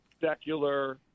secular